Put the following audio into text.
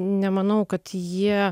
nemanau kad jie